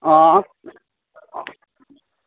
आं